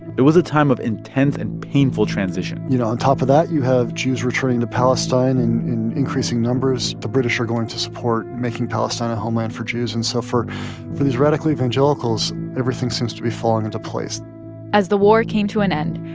it was a time of intense and painful transition you know, on top of that, you have jews returning to palestine and in increasing numbers. the british are going to support making palestine a homeland for jews. and so for for these radical evangelicals, everything seems to be falling into place as the war came to an end,